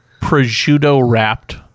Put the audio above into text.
prosciutto-wrapped